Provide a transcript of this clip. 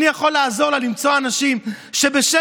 אני יכול לעזור לה למצוא אנשים שבשקט,